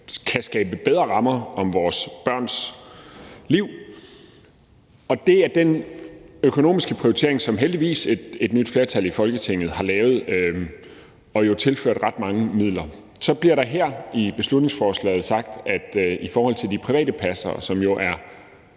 kan skabe bedre rammer om vores børns liv, og det er den økonomiske prioritering, som et nyt flertal i Folketinget heldigvis har lavet, og der er tilført ret mange midler. Så bliver der her i beslutningsforslaget sagt, at de private passere, som jo er